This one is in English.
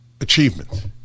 achievement